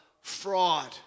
fraud